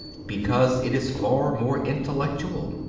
because it is far more intellectual.